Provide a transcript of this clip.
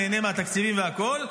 נהנה מהתקציבים והכול,